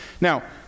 Now